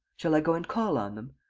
shall i go and call on them.